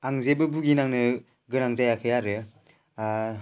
आं जेबो भुगिनांनो गोनां जायाखै आरो